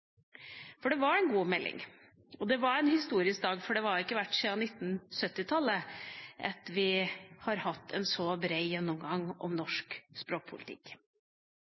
av. Det var en god melding. Det var en historisk dag, for vi har ikke siden 1970-tallet hatt en så bred gjennomgang om norsk språkpolitikk.